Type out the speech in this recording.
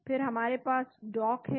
फिर हमारे पास डॉक है